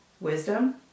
Wisdom